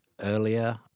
earlier